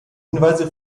hinweise